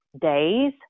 days